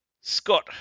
Scott